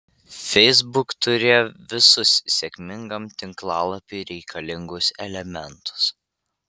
facebook turėjo visus sėkmingam tinklalapiui reikalingus elementus